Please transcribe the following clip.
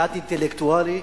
מעט אינטלקטואלי,